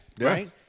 Right